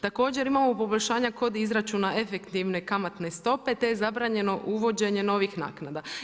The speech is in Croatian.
Također imamo poboljšanja kod izračuna efektivne kamatne stope te je zabranjeno uvođenje novih naknada.